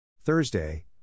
Thursday